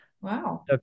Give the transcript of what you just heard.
Wow